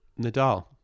Nadal